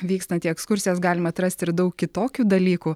vykstant į ekskursijas galima atrasti ir daug kitokių dalykų